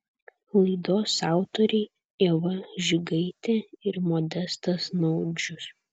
laidos autoriai ieva žigaitė ir modestas naudžius